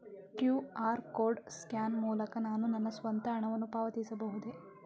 QR code scan ಮೂಲಕ ನಾನು ನನ್ನ ಸ್ವಂತ ಹಣವನ್ನು ಪಾವತಿಸಬಹುದೇ?